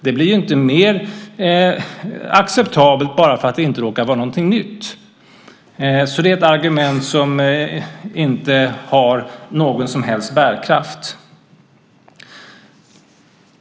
Det blir inte mer acceptabelt bara för att det inte råkar vara någonting nytt. Detta är ett argument som inte har någon som helst bärkraft.